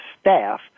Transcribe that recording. staff